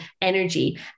energy